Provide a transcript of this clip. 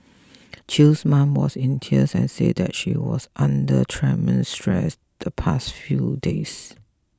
Chew's mom was in tears and said that she was under tremendous stress the past few days